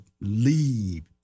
leave